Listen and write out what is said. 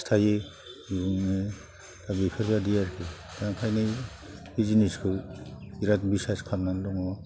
खिथायो बुङो दा बेफोरबायदि आरोखि दा ओंखायनो बे जिनिसखौ बिराद बिसास खालामनानै दङ